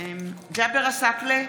ג'אבר עסאקלה,